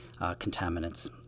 contaminants